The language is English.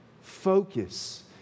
focus